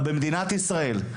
אבל במדינת ישראל,